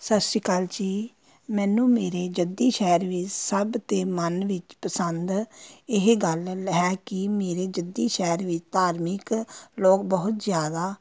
ਸਤਿ ਸ਼੍ਰੀ ਅਕਾਲ ਜੀ ਮੈਨੂੰ ਮੇਰੇ ਜੱਦੀ ਸ਼ਹਿਰ ਵਿੱਚ ਸਭ ਤੋਂ ਮਨ ਵਿੱਚ ਪਸੰਦ ਇਹ ਗੱਲ ਹੈ ਕਿ ਮੇਰੇ ਜੱਦੀ ਸ਼ਹਿਰ ਵਿੱਚ ਧਾਰਮਿਕ ਲੋਕ ਬਹੁਤ ਜ਼ਿਆਦਾ